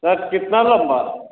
pant कितना लंबा है